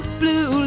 blue